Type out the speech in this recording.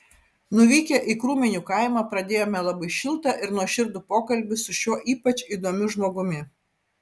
nuvykę į krūminių kaimą pradėjome labai šiltą ir nuoširdų pokalbį su šiuo ypač įdomiu žmogumi